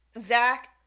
Zach